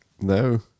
No